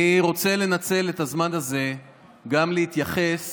אני רוצה לנצל את הזמן הזה גם להתייחס